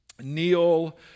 kneel